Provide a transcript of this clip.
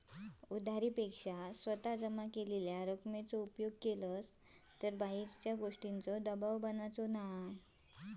उधारी पेक्षा स्वतः जमा केलेल्या रकमेचो उपयोग केलास तर बाहेरच्या गोष्टींचों दबाव बनत नाय